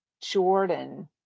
jordan